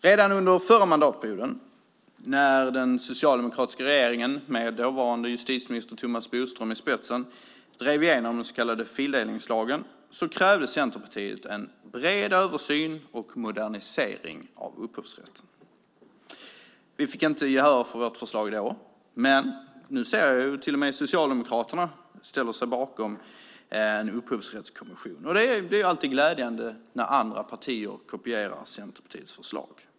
Redan under den förra mandatperioden, när den socialdemokratiska regeringen med dåvarande justitieminister Thomas Bodström i spetsen drev igenom den så kallade fildelningslagen, krävde Centerpartiet en bred översyn och en modernisering av upphovsrätten. Vi fick inte gehör för vårt förslag då. Men nu ser jag att till och med Socialdemokraterna ställer sig bakom en upphovsrättskommission. Det är alltid glädjande när andra partier kopierar Centerpartiets förslag.